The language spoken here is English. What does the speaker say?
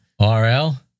Rl